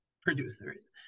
Producers